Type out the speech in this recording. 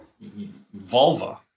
vulva